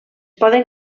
poden